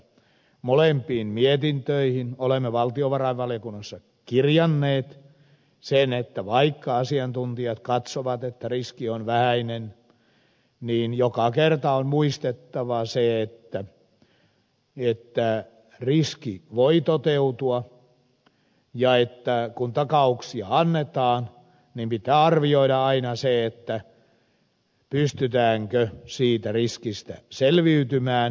molempiin mietintöihin olemme valtiovarainvaliokunnassa kirjanneet sen että vaikka asiantuntijat katsovat että riski on vähäinen niin joka kerta on muistettava se että riski voi toteutua ja että kun takauksia annetaan pitää arvioida aina se pystytäänkö siitä riskistä selviytymään